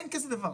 אין כזה דבר,